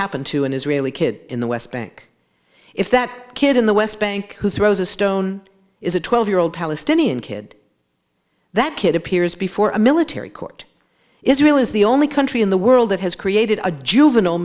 happen to an israeli kid in the west bank if that kid in the west bank who throws a stone is a twelve year old palestinian kid that kid appears before a military court israel is the only country in the world that has created a juvenile